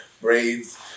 braids